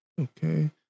Okay